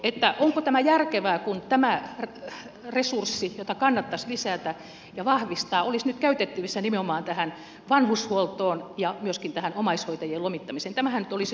onko tämä järkevää kun tämä resurssi jota kannattaisi lisätä ja vahvistaa olisi nyt käytettävissä nimenomaan tähän vanhushuoltoon ja myöskin tähän omaishoita jien lomittamiseen